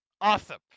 Awesome